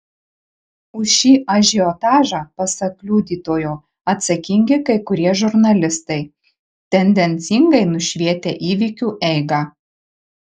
už šį ažiotažą pasak liudytojo atsakingi kai kurie žurnalistai tendencingai nušvietę įvykių eigą